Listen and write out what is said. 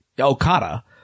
okada